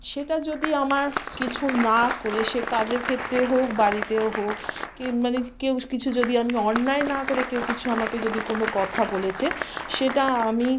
সেটা যদি আমার কিছু না করে সে কাজের ক্ষেত্রে হোক বাড়িতে হোক কী মানে কেউ কিছু যদি আমি অন্যায় না করে কেউ কিছু আমাকে যদি কোনো কথা বলেছে সেটা আমি